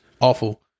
awful